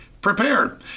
prepared